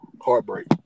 Heartbreak